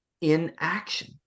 inaction